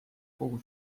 kogu